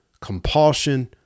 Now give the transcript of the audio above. compulsion